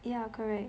ya correct